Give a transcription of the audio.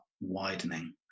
widening